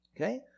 Okay